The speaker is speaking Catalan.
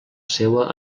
seua